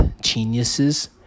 geniuses